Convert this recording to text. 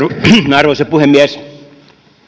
arvoisa puhemies